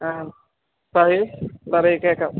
ആ പറയൂ പറയൂ കേൾക്കാം